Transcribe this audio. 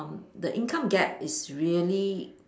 the income gap is really